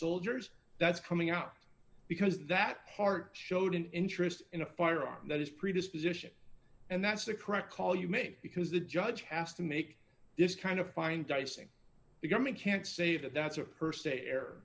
soldiers that's coming out because that part showed an interest in a firearm that is predisposition and that's the correct call you make because the judge has to make this kind of a fine deicing the government can't say that that's a per s